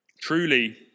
Truly